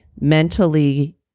mentally